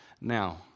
now